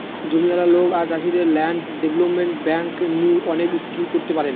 জমিয়ালা লোক আর চাষীদের ল্যান্ড ডেভেলপমেন্ট বেঙ্ক নু অনেক স্কিম করতে পারেন